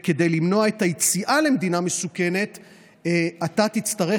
וכדי למנוע את היציאה למדינה מסוכנת אתה תצטרך